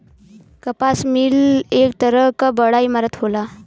कपास मिल एक तरह क बड़ा इमारत होला